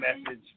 message